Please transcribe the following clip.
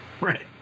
Right